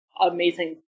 amazing